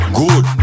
good